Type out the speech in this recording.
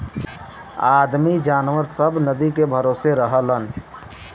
आदमी जनावर सब नदी के भरोसे रहलन